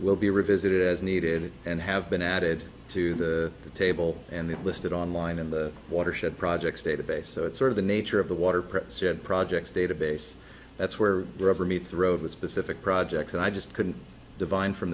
will be revisited as needed and have been added to the table and that listed online in the watershed projects database so it's sort of the nature of the water pressure said projects database that's where the rubber meets the road with specific projects and i just couldn't divine from